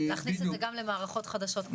להכניס את זה גם למערכות חדשות.